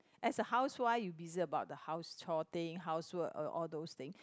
as a housewife you busy about the house chore thing housework and all those thing